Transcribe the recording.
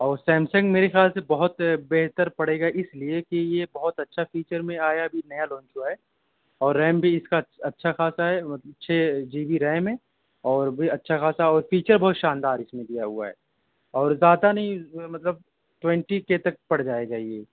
اور سیمسنگ میرے خیال سے بہت بہتر پڑے گا اس لیے کہ یہ بہت اچھا فیچر میں آیا ابھی نیا لانچ ہوا ہے اور ریم بھی اس کا اچھا خاصا ہے چھے جی بی ریم ہے اور بھی اچھا خاصا اور فیچر بہت شاندار اس میں دیا ہوا ہے اور زیادہ نہیں مطلب ٹونٹی کے تک پڑ جائے گا یہ